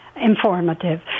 informative